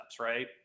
right